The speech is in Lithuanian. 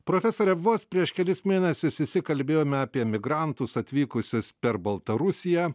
profesore vos prieš kelis mėnesius visi kalbėjome apie migrantus atvykusius per baltarusiją